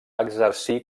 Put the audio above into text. exercir